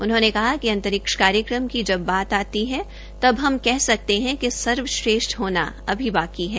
उन्होंने कहा कि अंतरिक्ष कार्यक्रम की जब बात आती है तब हम कह सकते हैं कि सर्वश्रेष्ठ होना अभी बाकी है